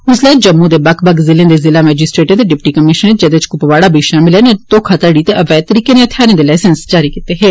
उसलै जम्मू दे बक्ख बक्ख जिले दे जिला मैजिस्ट्रेटें ते डिप्टी कमीशनरें जेदे इच क्पवाड़ा बी शामिल नै धोखाधड़ी ते अवैध तरीकै नै हथियारें दे लाईसैंस जारी कीते हे